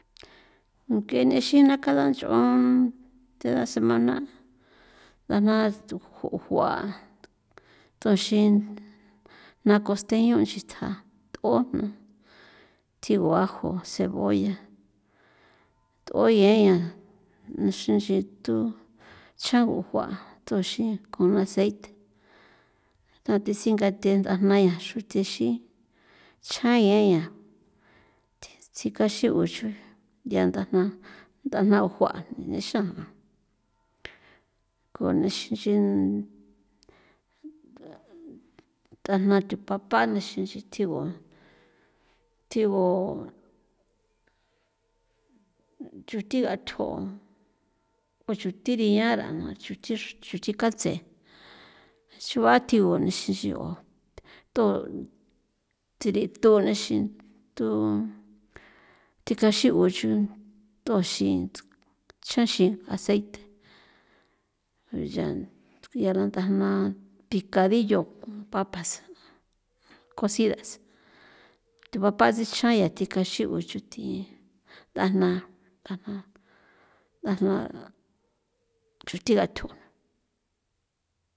Ngue nixa kalan nch'on toda semana ndajna tujua toxin jna costeño nchitja o t'o jna, tjigu ajo cebolla t'oye yan nchi xitu chagu jua' toxin kon aceite tathe singathe ndajna ya tate xruthexin chjan yeyan tsi caxu' uxuen yaa ndajna ndajna ujua' nexan koni xinxi ndajna thu papá nexin nchi thigu tjigu chuthi gathjo o chuthi rian ra ranua xruthi chuthi katse xrua thigu xinxi o to thiri thunixin thu tika xigu xun t'oxin chjanxi aceite ya ya la ndajna picadillo papas cocidas thu papas sixan yathi caxi'u chuthi ndajna ndajna chuthi gathjo.